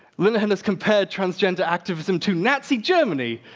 linehan has compared transgender activism to nazi germany.